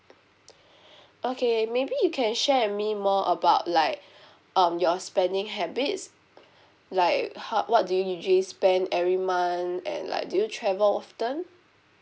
okay maybe you can share with me more about like um your spending habits like how what do you usually spend every month and like do you travel often